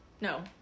No